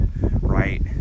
right